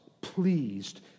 pleased